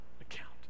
account